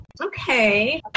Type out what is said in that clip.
Okay